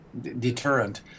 deterrent